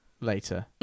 later